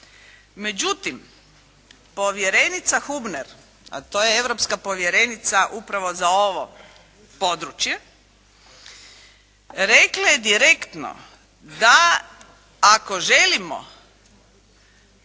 Međutim, povjerenica Hübner a to je europska povjerenica upravo za ovo područje rekla je direktno da ako želimo